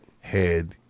head